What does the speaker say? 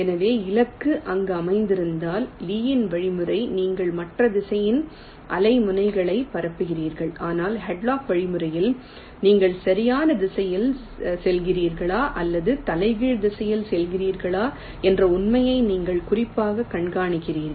எனவே இலக்கு அங்கு அமைந்திருந்தால் லீயின் வழிமுறையில் நீங்கள் மற்ற திசையில் அலை முன்னணியைப் பரப்புகிறீர்கள் ஆனால் ஹாட்லாக் வழிமுறையில் நீங்கள் சரியான திசையில் செல்கிறீர்களா அல்லது தலைகீழ் திசையில் செல்கிறீர்களா என்ற உண்மையை நீங்கள் குறிப்பாக கண்காணிக்கிறீர்கள்